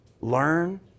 learn